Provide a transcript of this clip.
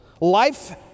Life